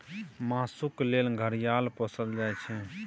मासुक लेल घड़ियाल पोसल जाइ छै